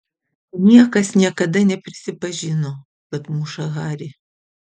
niekas niekada neprisipažino kad muša harį